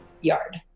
yard